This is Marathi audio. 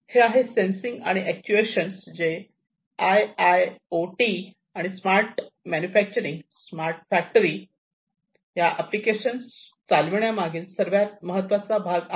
हे आहे सेंसिंग आणि अॅक्च्युएशन जे टीआय् आय् ओ आणि स्मार्ट मॅन्युफॅक्चरिंग स्मार्ट फॅक्टरी या एप्लिकेशन्स चालवि न्या मागील सर्वात महत्वाचा भाग आहे